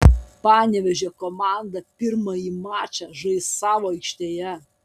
panevėžio komanda pirmąjį mačą žais savo aikštėje